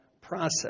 process